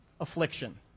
affliction